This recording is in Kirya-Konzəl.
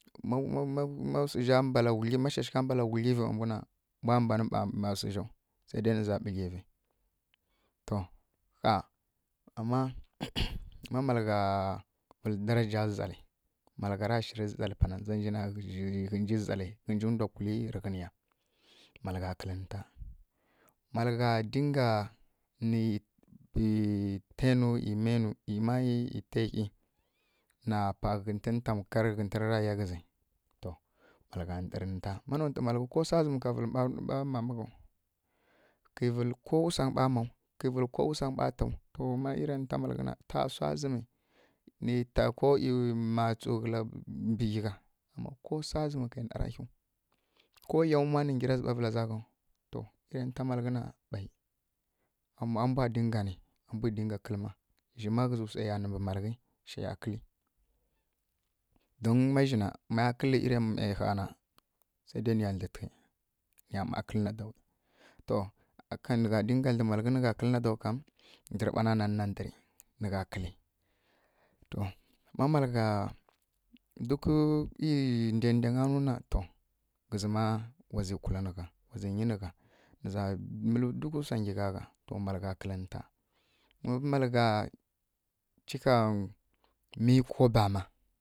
Ma-ma-ma wsuzja mbala ghwuglivǝ ma shshǝgha mbara ghwuglivǝ to gha ama ma gha vǝl daranja zalǝ ghǝnja nda kula tǝ ghǝya maligha diga nǝ yǝ ta yǝ mighǝ duw nǝ za pa ghǝtǝn tamakar ghǝtǝn ri ya ghǝzǝ malgha ndǝr nǝ ta ma notǝ ko sa zǝmǝ ka vǝl mba mama gha kǝvǝl ko wǝ swangǝ mba maw kǝvǝl ko wǝ swangǝ ba taw ma ri nǝ ta malghǝna ta swa zǝmǝ kǝvǝl ko ta ko ma tsu mbǝ ghyiko swa zǝma kǝ nari ghiw ko yam tǝ gyiraza nǝ vǝlaghaw to ma nǝ ta malaghǝ miyǝ a diga ni ya kǝlǝ zǝma gyizǝ swa nǝ shǝya kǝl ma kǝl malagha ya dlǝtǝghǝ nǝ ma kǝl nǝ duw a kan nǝ diga dlǝmaghǝ nǝ gha kǝl nǝ duw kam ngga ba na nǝ ndǝr malagha duk ri dǝnɗǝngǝ nǝ to zǝma wa zǝ kula na gha wa zǝ nyi nǝ gha nǝ mǝl duk swa nyigha gha to malaghǝ nǝ ta ma malagha cika mǝ ko bama